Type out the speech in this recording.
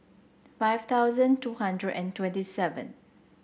five thousand two hundred and twenty seven